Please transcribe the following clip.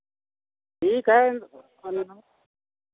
ठीक है